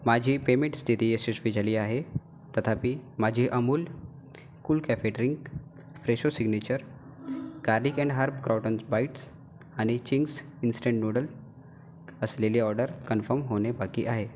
माझी पेमेंट स्थिती यशस्वी झाली आहे तथापि माझी Amul cool cafe drink Fresho signature garlic and herb croutons bites आणि चिंग्स इन्स्टंट नूडल्स असलेली ऑर्डर कन्फर्म होणे बाकी आहे